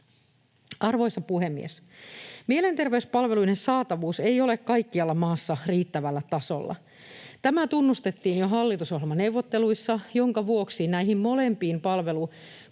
Arvoisa puhemies! Mielenterveyspalveluiden saatavuus ei ole kaikkialla maassa riittävällä tasolla. Tämä tunnustettiin jo hallitusohjelmaneuvotteluissa, minkä vuoksi näihin molempiin